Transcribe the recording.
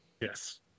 Yes